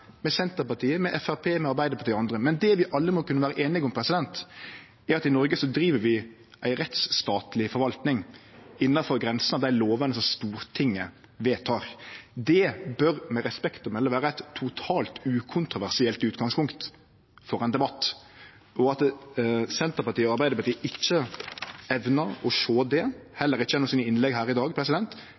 med Senterpartiet, med Framstegspartiet, med Arbeidarpartiet og med andre. Men det vi alle må kunne vere einige om, er at i Noreg driv vi ei rettsstatleg forvaltning innanfor grensene av dei lovene som Stortinget vedtek. Det bør med respekt å melde vere eit totalt ukontroversielt utgangspunkt for ein debatt. At Senterpartiet og Arbeidarpartiet ikkje evnar å sjå det, heller ikkje gjennom innlegga sine her i dag,